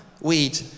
Weed